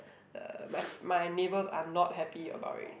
uh my my neighbours are not happy about it